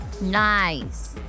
Nice